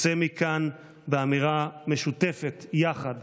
נצא מכאן באמירה משותפת יחד: